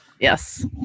Yes